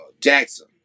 Jackson